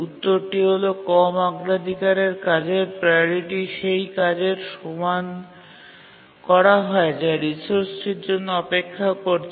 উত্তরটি হল কম অগ্রাধিকারের কাজের প্রাওরিটি সেই কাজের সমান করা হয় যা রিসোর্সটির জন্য অপেক্ষা করছে